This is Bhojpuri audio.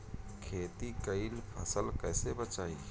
खेती कईल फसल कैसे बचाई?